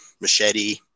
machete